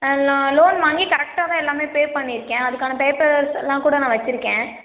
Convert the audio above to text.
நான் லோன் வாங்கி கரெக்டாக தான் எல்லாமே பே பண்ணிருக்கேன் அதுக்கான பேப்பர்ஸ் எல்லாம் கூட நான் வச்சுருக்கேன்